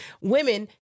women